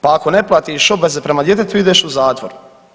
Pa ako ne platiš obveze prema djetetu ideš u zatvor.